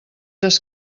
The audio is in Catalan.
des